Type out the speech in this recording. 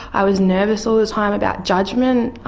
i was nervous all the time about judgement.